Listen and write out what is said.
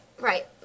Right